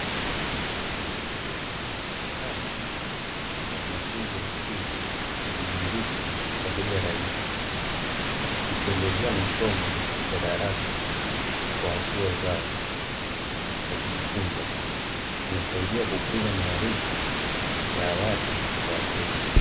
Kitabu cha wanafunzi wa msingi kimeandikwa kwa lugha rahisi. Kikielezea masomo ya darasa kwa hatua zao kwa kujifunza. Kinasaidia kukuza maarifa ya awali ya watoto.